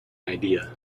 idea